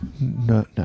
No